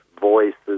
voices